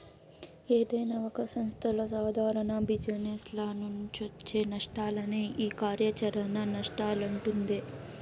ఏదైనా ఒక సంస్థల సాదారణ జిజినెస్ల నుంచొచ్చే నష్టాలనే ఈ కార్యాచరణ నష్టాలంటుండె